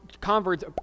converts